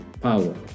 power